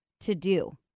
to-do